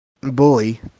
bully